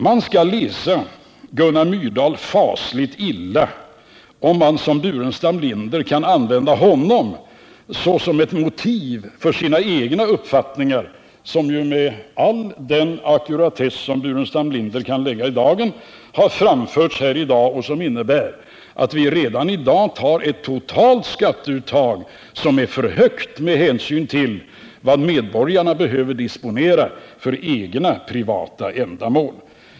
Man skall läsa Gunnar Myrdal fasligt illa, om man som herr Burenstam Linder skall kunna använda honom såsom ett motiv för sina egna uppfattningar, som ju — med all den ackuratess som herr Burenstam Linder kan lägga i dagen — har framförts här i dag, och som innebär att vi redan nu har ett totalt skatteuttag som är för högt med hänsyn till vad medborgarna behöver disponera för privata ändamål.